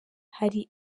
hari